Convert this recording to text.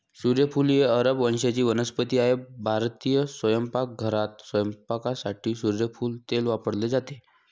सूर्यफूल ही अरब वंशाची वनस्पती आहे भारतीय स्वयंपाकघरात स्वयंपाकासाठी सूर्यफूल तेल वापरले जाते